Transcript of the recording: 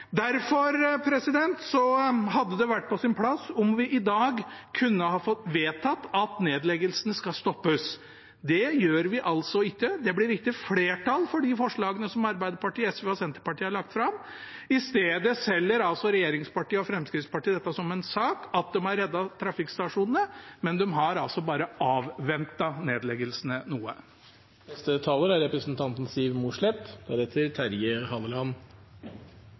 hadde det vært på sin plass om vi i dag kunne fått vedtatt at nedleggelsene skal stoppes. Det gjør vi ikke. Det blir ikke flertall for de forslagene Arbeiderpartiet, SV og Senterpartiet har lagt fram. I stedet selger regjeringspartiene og Fremskrittspartiet dette som at de har reddet trafikkstasjonene, men de har altså bare avventet nedleggelsene noe.